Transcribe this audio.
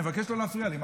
אני מבקש לא להפריע לי,